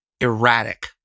erratic